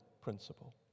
principle